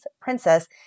Princess